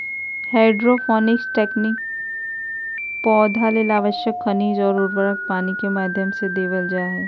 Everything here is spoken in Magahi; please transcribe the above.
हैडरोपोनिक्स तकनीक पौधा ले आवश्यक खनिज अउर उर्वरक पानी के माध्यम से देवल जा हई